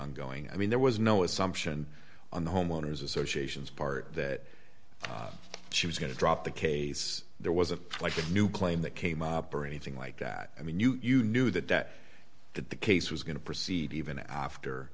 on going i mean there was no assumption on the homeowners associations part that she was going to drop the case there was a like a new claim that came up or anything like that i mean you you knew the debt that the case was going to proceed even after